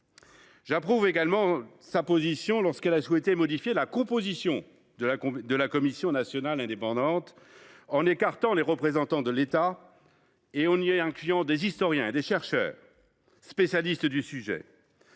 J’approuve également l’initiative de son rapporteur qui a modifié la composition de la commission nationale indépendante, en écartant les représentants de l’État et en y incluant des historiens et des chercheurs spécialistes du sujet.